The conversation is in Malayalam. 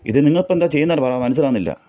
ഇത് നിങ്ങളിപ്പോൾ എന്താ ചെയ്യുന്നത് മനസ്സിലാകുന്നില്ല